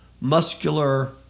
muscular